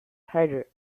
hyder